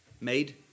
made